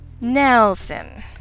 Nelson